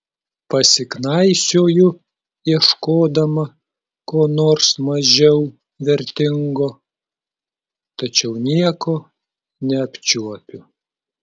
pasiknaisioju ieškodama ko nors mažiau vertingo tačiau nieko neapčiuopiu